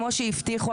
כמו שהבטיחו,